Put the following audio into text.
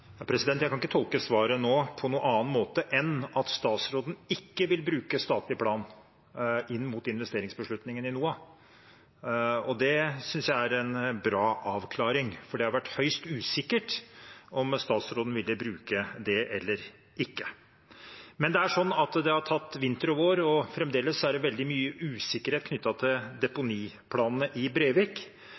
Jeg kan ikke tolke svaret nå på noen annen måte enn at statsråden ikke vil bruke statlig plan inn mot investeringsbeslutningen i NOAH. Det synes jeg er en bra avklaring, for det har vært høyst usikkert om statsråden ville bruke det eller ikke. Men det er slik at det har tatt vinter og vår, og fremdeles er det veldig mye usikkerhet knyttet til deponiplanene i Brevik,